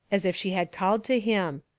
as if she had called to him.